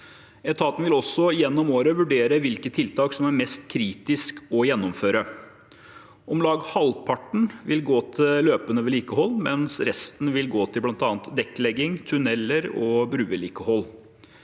Etaten vil også gjennom året vurdere hvilke tiltak som er mest kritisk å gjennomføre. Om lag halvparten vil gå til lø pende vedlikehold, mens resten vil gå til bl.a. dekkelegging, tunneler og bruvedlikehold.